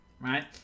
right